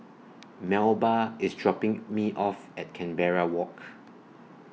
Melba IS dropping Me off At Canberra Walk